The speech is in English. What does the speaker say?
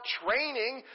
training